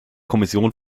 kommission